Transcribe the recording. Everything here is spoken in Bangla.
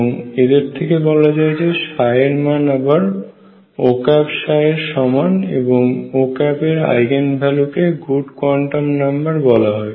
এবং এদের থেকে বলা যায় যে এর মান আবার Ô এর সমান এবং Ô এর আইগেন ভ্যালু কে গুড কোয়ান্টাম নাম্বার বলা হয়